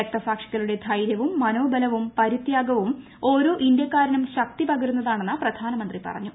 രക്തസാക്ഷികളുടെ ധൈര്യവും മനോബലവും പരിത്യാഗവും ഓരോ ഇന്ത്യക്കാരനും ശക്തിപകരുന്നതാണെന്ന് പ്രധാനമന്ത്രി പറഞ്ഞു